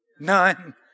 None